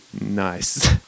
nice